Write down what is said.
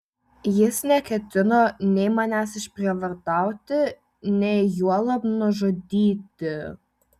jis neketino nei manęs išprievartauti nei juolab nužudyti